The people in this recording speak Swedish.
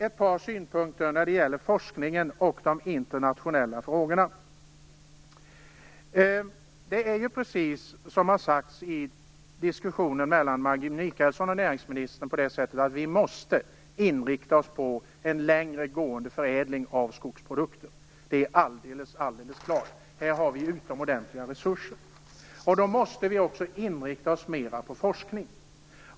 Ett par synpunkter som gäller forskningen och de internationella frågorna vill jag ta upp. Vi måste, precis som det har sagts i diskussionen mellan Maggi Mikaelsson och näringsministern, inrikta oss på en längre gående förädling av skogsprodukter. Det är alldeles klart. Här har vi utomordentliga resurser. Då måste vi också inrikta oss mer på forskning.